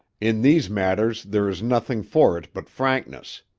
in these matters there is nothing for it but frankness.